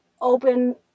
open